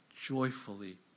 joyfully